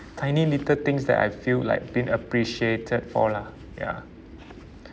tiny little things that I feel like being appreciated for lah ya